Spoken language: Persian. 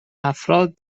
افراد